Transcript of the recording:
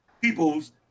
peoples